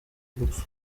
gupfa